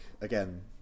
again